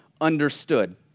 understood